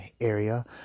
area